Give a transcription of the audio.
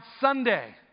Sunday